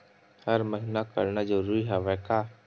हर महीना करना जरूरी हवय का?